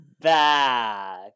back